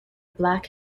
black